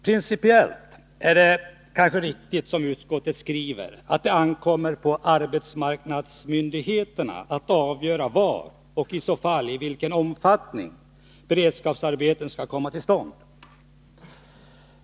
Principiellt är det kanske riktigt som utskottet skriver, att det ankommer på arbetsmarknadsmyndigheterna att avgöra var och i vilken omfattning beredskapsarbeten skall komma till stånd.